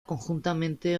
conjuntamente